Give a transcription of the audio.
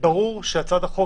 ברור שהצעת החוק,